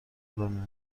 آدم